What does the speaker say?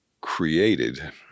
created